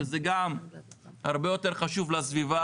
שזה גם הרבה יותר חשוב לסביבה,